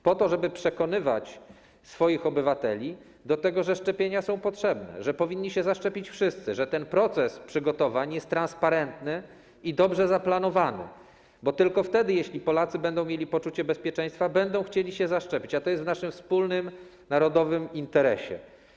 Chodzi o to, żeby przekonywać obywateli do tego, że szczepienia są potrzebne, że wszyscy powinni się zaszczepić, że ten proces przygotowań jest transparenty i dobrze zaplanowany, bo tylko wtedy, gdy Polacy będą mieli poczucie bezpieczeństwa, będą chcieli się zaszczepić, a to jest w naszym wspólnym narodowym interesie.